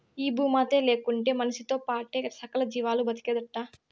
ఈ భూమాతే లేకుంటే మనిసితో పాటే సకల జీవాలు బ్రతికేదెట్టా